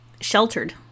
sheltered